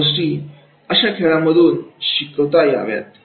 त्या गोष्टी अशा खेळांमधून शिकता याव्यात